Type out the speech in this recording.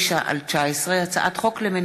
פ/2569/19 וכלה בהצעת חוק פ/2580/19,